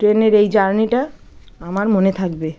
ট্রেনের এই জার্নিটা আমার মনে থাকবে